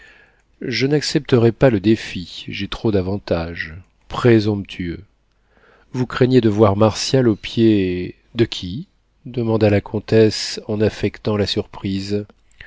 je n'accepterai pas le défi j'ai trop d'avantages présomptueux vous craignez de voir martial aux pieds de qui demanda la comtesse en affectant la surprise